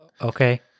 Okay